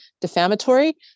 defamatory